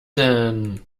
denn